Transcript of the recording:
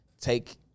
take